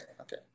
okay